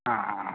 ആ ആ ആ